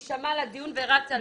היא שמעה על הדיון ורצה לפה.